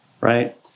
right